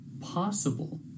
possible